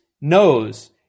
knows